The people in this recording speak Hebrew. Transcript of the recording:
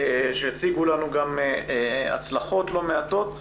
שהציגו לנו גם הצלחות לא מעטות,